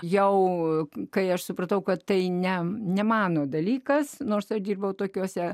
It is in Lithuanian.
jau kai aš supratau kad tai ne ne mano dalykas nors aš dirbau tokiuose